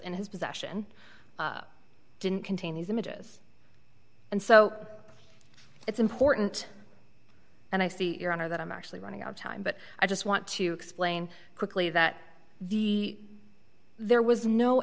in his possession didn't contain these images and so it's important and i see your honor that i'm actually running out of time but i just want to explain quickly that the there was no